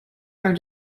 are